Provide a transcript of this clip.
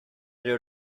you